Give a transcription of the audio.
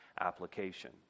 application